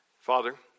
Father